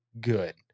good